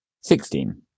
Sixteen